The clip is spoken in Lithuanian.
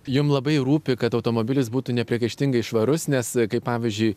jum labai rūpi kad automobilis būtų nepriekaištingai švarus nes kaip pavyzdžiui